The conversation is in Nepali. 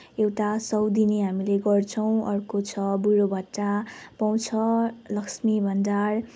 एउटा सय दिने हामीले गर्छौँ अर्को छ बुढो भत्ता पाउँछ लक्ष्मी भन्डार